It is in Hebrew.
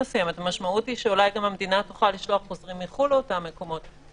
המשמעות היא שאולי המדינה תוכל לשלוח חוזרים מחו"ל לאותם מקומות.